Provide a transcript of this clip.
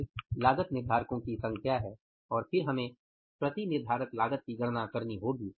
फिर लागत निर्धारकों की संख्या है और फिर हमें प्रति निर्धारक लागत की गणना करनी होगी